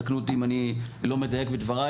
תקנו אותי אם אני לא מדייק בדבריי,